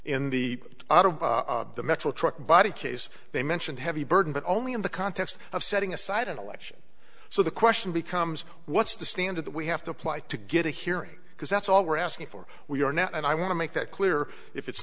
of the metro truck body case they mentioned heavy burden but only in the context of setting aside an election so the question becomes what's the standard that we have to apply to get a hearing because that's all we're asking for we are not and i want to make that clear if it's